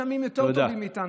יש עמים יותר טובים מאיתנו.